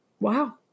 Wow